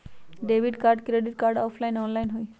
Debit card credit card offline online होई?